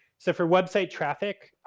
so, for website traffic